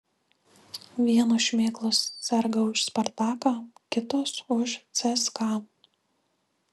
vienos šmėklos serga už spartaką kitos už cska